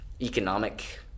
economic